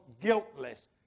guiltless